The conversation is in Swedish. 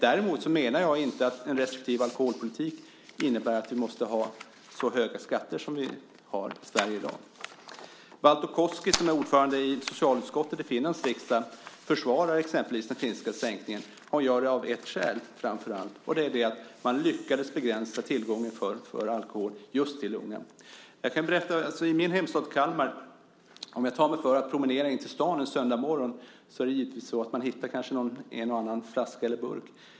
Däremot menar jag inte att en restriktiv alkoholpolitik innebär att vi måste ha så höga skatter som vi har i Sverige i dag. Valto Koski, som är ordförande i socialutskottet i Finlands riksdag, försvarar exempelvis den finska sänkningen. Han gör det av framför allt ett skäl, och det är att man lyckades begränsa tillgången till alkohol just för unga. Jag kan berätta från min hemstad Kalmar att om jag tar mig för att promenera in till stan en söndagsmorgon hittar jag givetvis en och annan flaska eller burk.